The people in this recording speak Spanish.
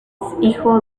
hijo